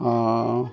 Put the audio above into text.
ହଁ